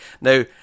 Now